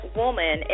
woman